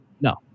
No